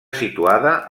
situada